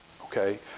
okay